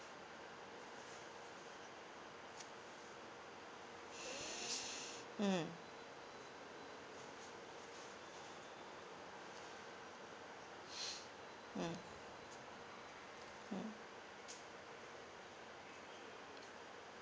mm mm mm